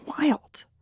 wild